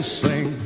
sing